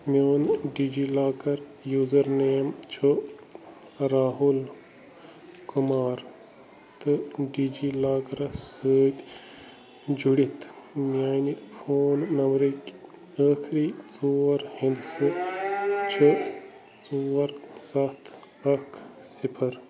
میٛون DigiLocker user name چھُ راہول کُمار تہٕ ڈی جی لاکرَس سۭتۍ جُڑِتھ میٛانہِ فون نمبرٕکۍ ٲخری ژور ہِنٛدسہٕ چھِ ژور سَتھ اکھ صِفر